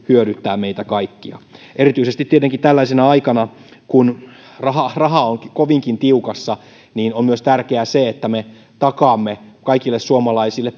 hyödyttää meitä kaikkia erityisesti tietenkin tällaisena aikana kun raha raha on kovinkin tiukassa on tärkeää myös se että me takaamme kaikille suomalaisille